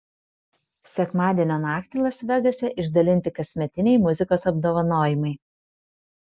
sekmadienio naktį las vegase išdalinti kasmetiniai muzikos apdovanojimai